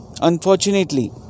Unfortunately